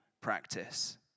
practice